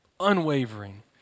unwavering